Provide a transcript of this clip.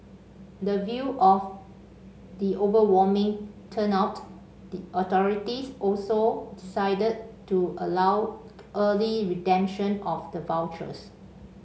the view of the overwhelming turnout the authorities also decided to allow early redemption of the vouchers